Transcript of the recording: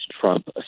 Trump